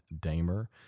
Damer